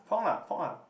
pork lah pork lah